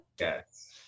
Yes